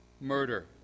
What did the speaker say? murder